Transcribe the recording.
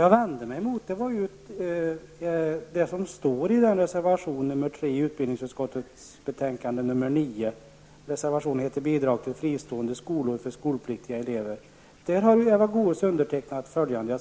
Jag vände mig emot vad som står i reservation nr 3, Goe s undertecknat följande: